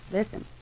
Listen